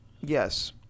Yes